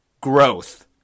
Growth